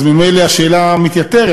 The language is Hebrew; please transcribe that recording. אז ממילא השאלה מתייתרת.